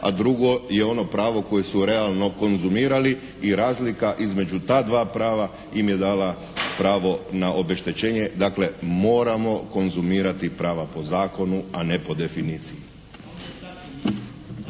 a drugo je ono pravo koje su realno konzumirali i razlika između ta dva prava im je dala pravo na obeštećenje. Dakle, moramo konzumirati prava po zakonu, a ne po definiciji.